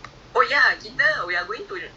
oh ya ya how much is it ah